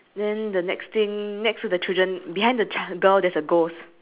ya so so you can circle only that uh that basketball hoop lah